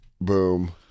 Boom